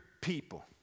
people